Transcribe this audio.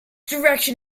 direction